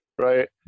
Right